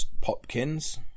Popkins